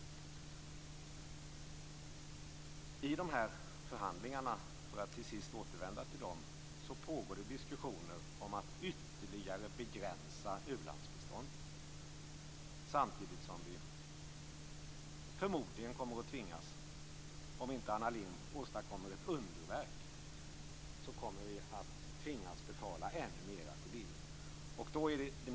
I de här förhandlingarna, för att till sist återvända till dem, pågår det diskussioner om att ytterligare begränsa u-landsbiståndet, samtidigt som vi förmodligen kommer att tvingas att betala ännu mer till EU om inte Anna Lindh åstadkommer ett underverk.